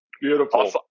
Beautiful